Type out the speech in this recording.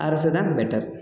அரசு தான் பெட்டர்